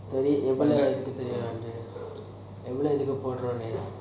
no need எவ்ளோ இருக்கு வந்து எவ்ளோ இதுக்கு போடுறோம்னு:evlo iruku vanthu evlo ithuku poduromnu